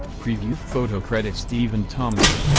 preview photo credit stephen thompson,